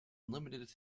limited